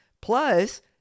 plus